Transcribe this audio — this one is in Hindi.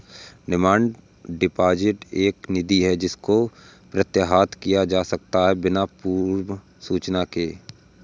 डिमांड डिपॉजिट वह निधि है जिसको प्रत्याहृत किया जा सकता है बिना पूर्व सूचना के